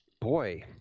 Boy